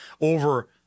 over